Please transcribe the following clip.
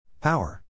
Power